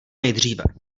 nejdříve